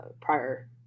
prior